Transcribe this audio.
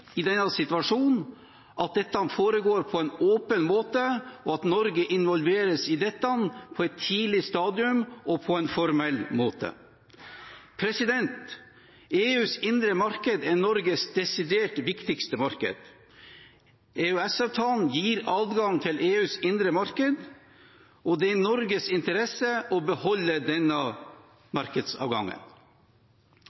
i denne situasjonen at dette foregår på en åpen måte, og at Norge involveres i dette på et tidlig stadium og på en formell måte. EUs indre marked er Norges desidert viktigste marked. EØS-avtalen gir adgang til EUs indre marked, og det er i Norges interesse å beholde denne